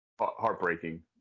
heartbreaking